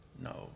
No